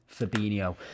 Fabinho